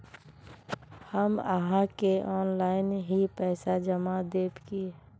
हम आहाँ के ऑनलाइन ही पैसा जमा देब की?